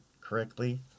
correctly